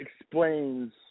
explains